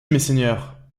messeigneurs